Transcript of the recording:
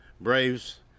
Braves